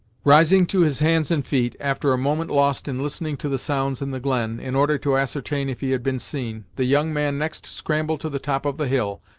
rising to his hands and feet, after a moment lost in listening to the sounds in the glen, in order to ascertain if he had been seen, the young man next scrambled to the top of the hill,